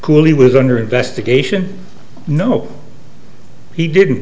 cooley was under investigation no he didn't